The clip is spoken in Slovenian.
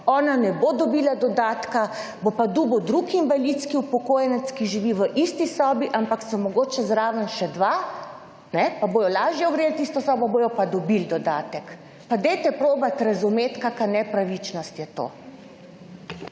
Ona ne bo dobila dodatka bo pa dobil drugi invalidski upokojenec, ki živi v isti sobi, ampak so mogoče zraven še dva pa bodo lažje ogreli tisto sabo pa bodo dobili dodatek. Dajte probati razumeti kakšna nepravičnost je to!